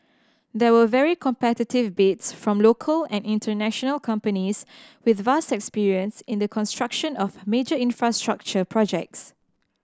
there were very competitive bids from local and international companies with vast experience in the construction of major infrastructure projects